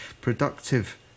productive